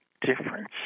difference